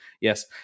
yes